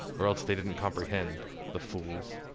or else they didn't comprehend the fools.